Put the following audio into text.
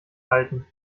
alten